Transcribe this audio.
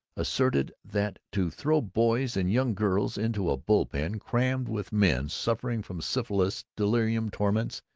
asserted that to throw boys and young girls into a bull-pen crammed with men suffering from syphilis, delirium tremens,